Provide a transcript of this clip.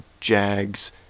jags